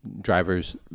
drivers